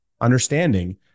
understanding